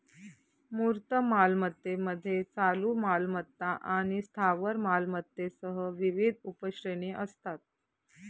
मूर्त मालमत्तेमध्ये चालू मालमत्ता आणि स्थावर मालमत्तेसह विविध उपश्रेणी असतात